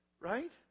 Right